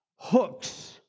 hooks